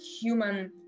human